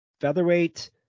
featherweight